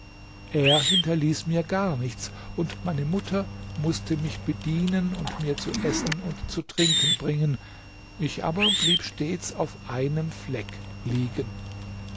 er hinterließ mir gar nichts und meine mutter mußte mich bedienen und mir zu essen und zu trinken bringen ich aber blieb stets auf einem fleck liegen